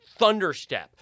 thunderstep